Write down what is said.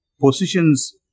positions